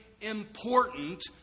important